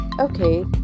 okay